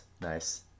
Nice